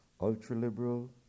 ultra-liberal